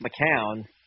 McCown